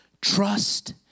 Trust